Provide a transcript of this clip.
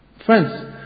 Friends